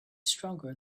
stronger